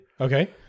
Okay